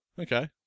Okay